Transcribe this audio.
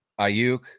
Ayuk